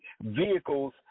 vehicles